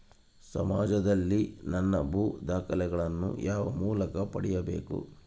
ಸಮಾಜದಲ್ಲಿ ನನ್ನ ಭೂ ದಾಖಲೆಗಳನ್ನು ಯಾವ ಮೂಲಕ ಪಡೆಯಬೇಕು?